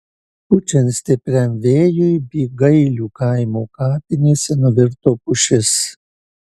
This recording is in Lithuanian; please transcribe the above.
pučiant stipriam vėjui bygailių kaimo kapinėse nuvirto pušis